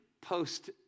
post